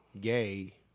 gay